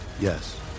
Yes